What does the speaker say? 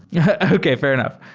yeah okay. fair enough.